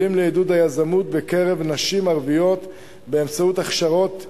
כלים לעידוד היזמות בקרב נשים ערביות באמצעות הכשרות ייחודיות,